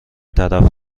طرف